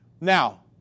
Now